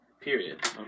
Period